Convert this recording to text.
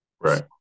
Right